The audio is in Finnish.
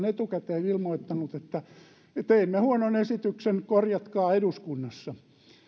etukäteen ilmoittaneet että teimme huonon esityksen korjatkaa eduskunnassa